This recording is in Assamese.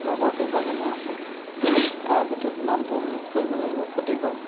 লগৰ কেইবাজনো আছে তাৰ ভিতৰত নামটো উল্লেখ কৰিব লাগিব ফটিকৰ